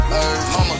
Mama